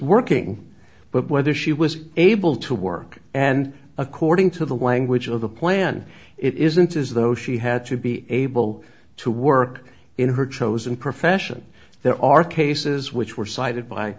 working but whether she was able to work and according to the language of the plan it isn't as though she had to be able to work in her chosen profession there are cases which were cited by